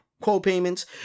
co-payments